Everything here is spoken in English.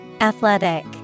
Athletic